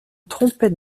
trompette